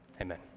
amen